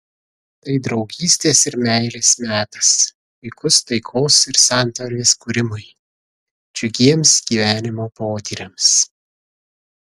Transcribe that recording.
tai draugystės ir meilės metas puikus taikos ir santarvės kūrimui džiugiems gyvenimo potyriams